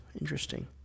Interesting